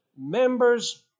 members